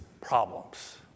problems